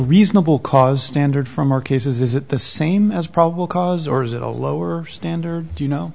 reasonable cause standard from our cases is it the same as probable cause or is it a lower standard do you